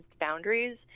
boundaries